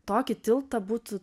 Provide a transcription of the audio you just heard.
tokį tiltą būtų